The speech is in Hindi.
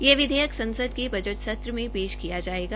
यह विधेयक संसद के बजट सत्र में पेश किया जायोग